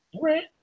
Right